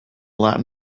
latin